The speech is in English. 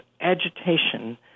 agitation